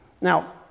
Now